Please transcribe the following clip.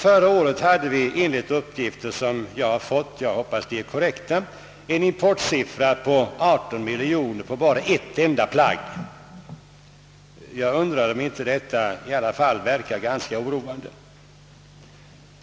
Förra året hade vi enligt uppgifter som jag har fått — jag hoppas de är korrekta — en importsiffra på 18 miljoner på bara ett enda plagg. Det verkar ganska oroande.